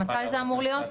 מתי זה אמור להיות.